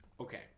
Okay